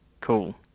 Cool